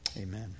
Amen